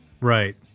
Right